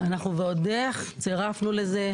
אנחנו ועוד איך צירפנו לזה.